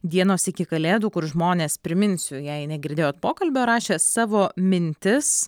dienos iki kalėdų kur žmonės priminsiu jei negirdėjot pokalbio rašė savo mintis